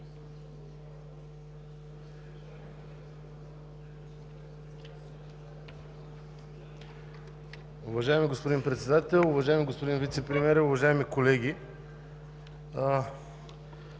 Уважаеми господин Председател, уважаеми господин Вицепремиер, уважаеми колеги!